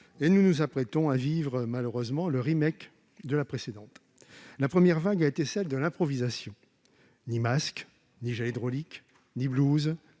et nous nous apprêtons à vivre, malheureusement, le de la précédente. La première vague a été celle de l'improvisation : ni masque, ni gel hydroalcoolique, ni blouses